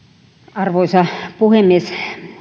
arvoisa puhemies